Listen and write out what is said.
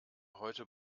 heute